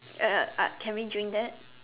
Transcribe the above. uh I can we drink that